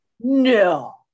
no